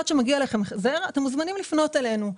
שמגיע לכם החזר ואתם מוזמנים לפנות אלינו.